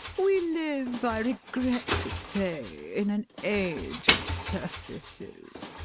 we live, i regret to say, in an age of surfaces.